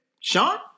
Sean